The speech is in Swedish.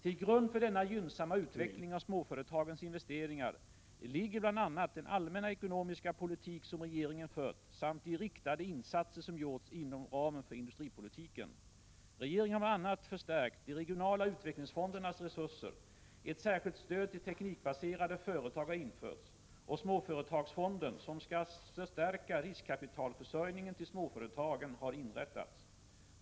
Till grund för denna gynnsamma utveckling av småföretagens investeringar ligger bl.a. den allmänna ekonomiska politik som regeringen fört samt de riktade insatser som gjorts inom ramen för industripolitiken. Regeringen har bl.a. förstärkt de regionala utvecklingsfondernas resurser, ett särskilt stöd till teknikbaserade företag har införts och Småföretagsfonden, som skall förstärka riskkapitalförsörjningen till småföretagen, har inrättats.